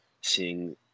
seeing